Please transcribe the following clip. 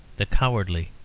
the cowardly,